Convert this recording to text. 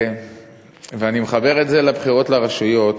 ואני מחבר את זה לבחירות לרשויות.